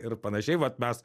ir panašiai vat mes